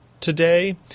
today